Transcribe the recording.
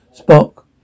Spock